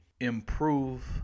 improve